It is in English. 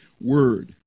Word